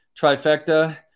trifecta